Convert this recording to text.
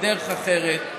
בדרך אחרת.